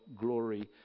glory